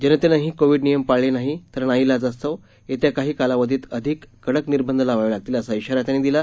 जनतेनं ही कोविड नियम पाळले नाही तर नाईलाजानं येत्या काही कालावधीत अधिक कडक निर्बंध लावावे लागतील असा इशारा त्यांनी दिला